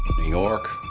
new york.